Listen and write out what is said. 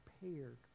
prepared